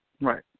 Right